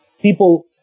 people